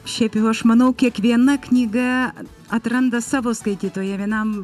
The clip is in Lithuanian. šiaip jau aš manau kiekviena knyga atranda savo skaitytoją vienam